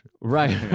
right